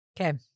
Okay